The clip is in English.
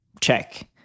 Check